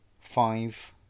five